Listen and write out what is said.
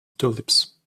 tulips